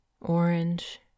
orange